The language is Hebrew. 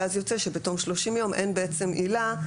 ואז יוצא שבתום 30 יום אין בעצם עילה.